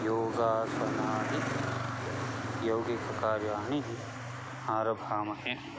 योगासनादि योगिककार्याणि आरभामहे